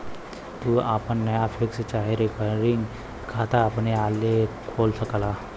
तू आपन नया फिक्स चाहे रिकरिंग खाता अपने आपे खोल सकला